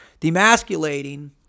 Demasculating